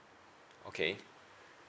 okay